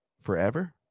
Forever